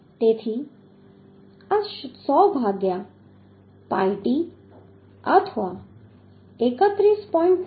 તેથી આ 100 ભાગ્યા pi t અથવા 31